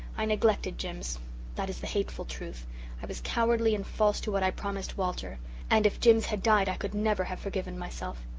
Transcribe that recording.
i neglected jims that is the hateful truth i was cowardly and false to what i promised walter and if jims had died i could never have forgiven myself.